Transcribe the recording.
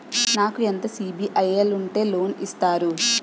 నాకు ఎంత సిబిఐఎల్ ఉంటే లోన్ ఇస్తారు?